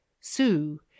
Sue